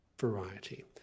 variety